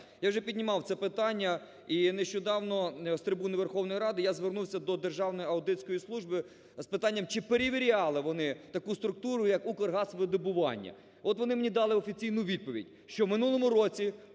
я вже піднімав це питання. І нещодавно, з трибуни Верховної Ради, я звернувся до Державної аудиторської служби з питанням, чи перевіряли вони таку структуру, як "Укргазвидобування". От вони мені дали офіційну відповідь, що в минулому році